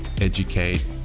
educate